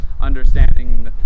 understanding